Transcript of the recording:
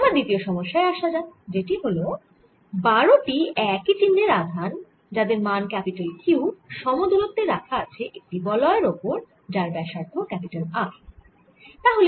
এবার দ্বিতীয় সমস্যায় আসা যাক যেটি তে 12 টি একই চিহ্নের আধান যাদের মান ক্যাপিটাল Q সমদুরত্বে রাখা আছে একটি বলয়ের ওপর যার ব্যাসার্ধ R